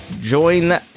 join